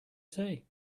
say